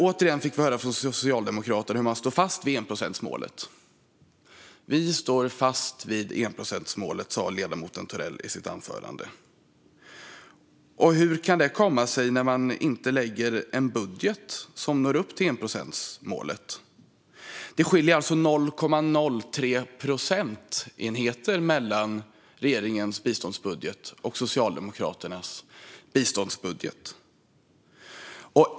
Återigen fick vi höra att Socialdemokraterna står fast vid enprocentsmålet. Ledamoten Thorell sa i sitt anförande att man står fast vid enprocentsmålet. Hur kan det då komma sig att man inte lägger fram en budget som når upp till enprocentsmålet? Det skiljer 0,3 procentenheter mellan regeringens biståndsbudget och Socialdemokraternas biståndsbudget.